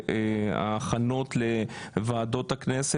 הכנות לוועדות הכנסת,